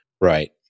Right